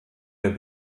der